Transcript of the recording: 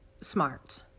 smart